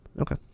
Okay